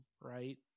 right